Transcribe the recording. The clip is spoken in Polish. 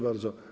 bardzo.